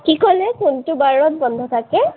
কি ক'লে কোনটো বাৰত বন্ধ থাকে